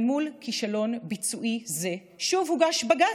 אל מול כישלון ביצועי זה שוב הוגש בג"ץ,